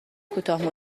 کوتاه